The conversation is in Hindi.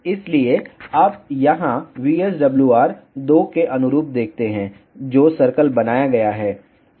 इसलिए आप यहां VSWR 2 के अनुरूप देखते हैं जो सर्कल बनाया गया है